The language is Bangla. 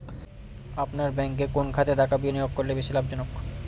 আপনার ব্যাংকে কোন খাতে টাকা বিনিয়োগ করলে বেশি লাভজনক?